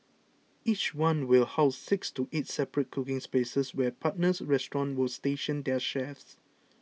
each one will house six to eight separate cooking spaces where partner restaurants will station their chefs